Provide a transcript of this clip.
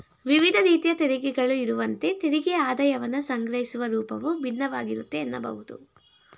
ವಿವಿಧ ರೀತಿಯ ತೆರಿಗೆಗಳು ಇರುವಂತೆ ತೆರಿಗೆ ಆದಾಯವನ್ನ ಸಂಗ್ರಹಿಸುವ ರೂಪವು ಭಿನ್ನವಾಗಿರುತ್ತೆ ಎನ್ನಬಹುದು